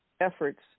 efforts